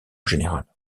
général